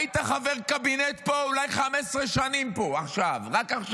היית פה חבר קבינט אולי 15 שנים, רק עכשיו